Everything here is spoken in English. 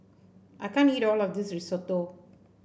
I can't eat all of this Risotto